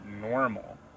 normal